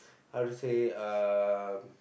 how to say uh